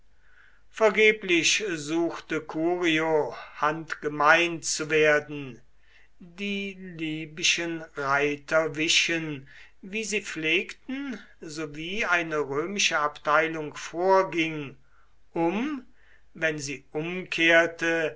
vergeblich suchte curio handgemein zu werden die libyschen reiter wichen wie sie pflegten sowie eine römische abteilung vorging um wenn sie umkehrte